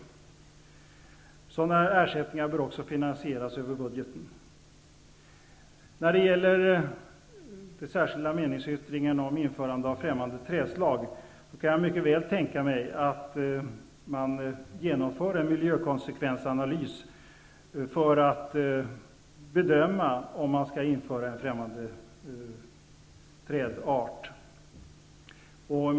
Även sådana ersättningar bör finansieras över budgeten. När det gäller den särskilda meningsyttringen om införande av främmande trädslag kan jag mycket väl tänka mig att man genomför en miljökonsekvensanalys för att bedöma om en främmande trädart skall införas.